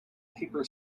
paper